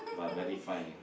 but very fine ah